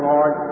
Lord